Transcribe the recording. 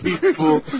people